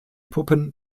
puppen